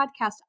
podcast